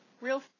real